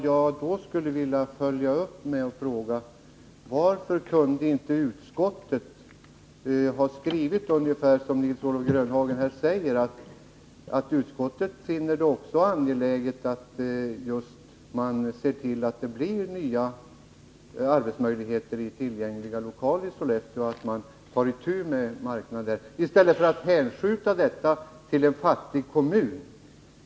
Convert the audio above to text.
Jag skulle vilja följa upp detta med en fråga: Varför kunde inte utskottet ha skrivit ungefär så som Nils-Olof Grönhagen här säger, att också utskottet finner det angeläget att man ser till att det blir nya arbetsmöjligheter i tillgängliga lokaler i Sollefteå och att man tar itu med att förstärka arbetsmarknaden där, i stället för att hänskjuta detta uppdrag till en fattig kommun?